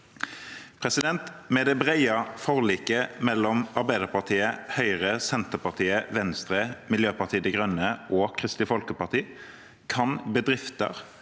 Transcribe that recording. Med det brede forliket mellom Arbeiderpartiet, Høyre, Senterpartiet, Venstre, Miljøpartiet De Grønne og Kristelig Folkeparti kan bedrifter,